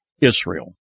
Israel